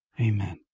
Amen